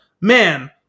man